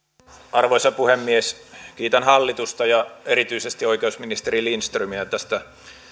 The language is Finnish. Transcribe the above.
arvoisa puhemies kiitän hallitusta ja erityisesti oikeusministeri lindströmiä tästä